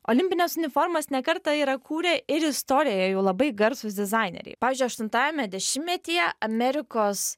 olimpines uniformas ne kartą yra kūrę ir istorijoje jau labai garsūs dizaineriai pavyzdžiui aštuntajame dešimtmetyje amerikos